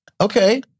okay